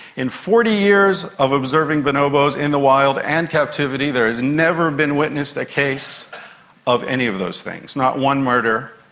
in forty years of observing bonobos in the wild and captivity, there has never been witnessed a case of any of those things, not one murder,